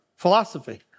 philosophy